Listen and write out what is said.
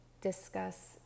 discuss